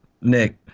Nick